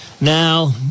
Now